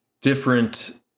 different